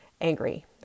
angry